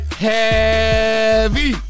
Heavy